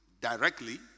directly